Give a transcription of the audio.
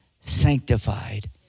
sanctified